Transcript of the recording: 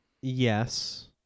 Yes